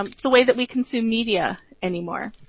um the way that we consume media anymore.